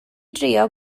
drio